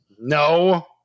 no